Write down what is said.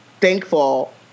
thankful